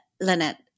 Lynette